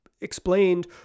explained